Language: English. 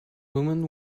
woman